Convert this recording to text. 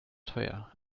teuer